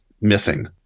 missing